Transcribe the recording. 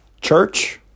Church